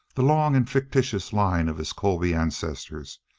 the long and fictitious line of his colby ancestors,